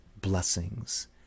blessings